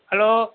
hello